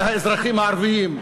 מהאזרחים הערבים,